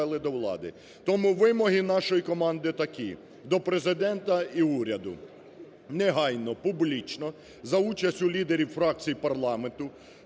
Тому вимоги нашої команди такі до Президента і уряду. Негайно публічно, за участю лідерів фракції парламенту,